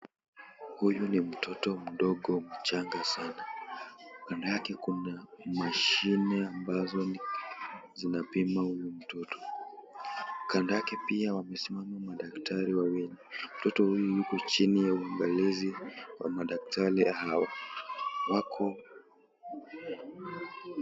Huyu ni mtoto mdogo mchanga sana kando yake kuna mashine ambazo zinapima huyu mtoto. Kando yake pia wamesimama madaktari wawili, mtoto huyu yuko chini ya uangalizi wa madaktari hawa.